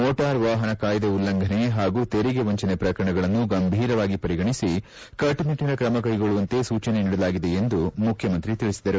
motor ವಾಹನ ಕಾಯ್ದೆ ಉಲಂಘನೆ ಹಾಗೂ ತೆರಿಗೆ ವಂಚನೆ ಪ್ರಕರಣಗಳನ್ನು ಗಂಭೀರವಾಗಿ ಪರಿಗಣಿಸಿ ಕಟ್ಟುನಿಟ್ಟನ ಕ್ರಮ ಕೈಗೊಳ್ಳುವಂತೆ ಸೂಚನೆ ನೀಡಲಾಗಿದೆ ಎಂದು ಮುಖ್ಯಮಂತ್ರಿ ತಿಳಿಸಿದರು